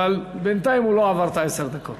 אבל בינתיים הוא לא עבר את עשר הדקות.